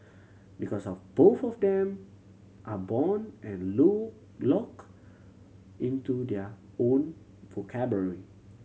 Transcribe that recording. because of both of them are bound and low locked into their own vocabulary